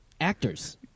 actors